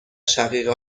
شقیقه